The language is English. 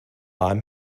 i’m